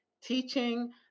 teaching